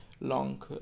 long